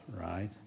right